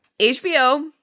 HBO